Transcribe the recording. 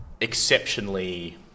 exceptionally